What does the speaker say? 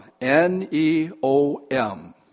N-E-O-M